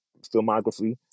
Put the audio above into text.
filmography